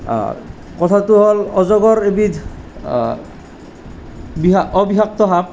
কথাটো হ'ল অজগৰ এবিধ বিষা অবিষাক্ত সাপ